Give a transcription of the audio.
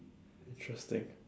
interesting